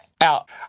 out